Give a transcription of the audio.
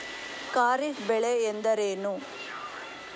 ಖಾರಿಫ್ ಬೆಳೆ ಎಂದರೇನು?